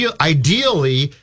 ideally